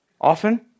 Often